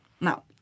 now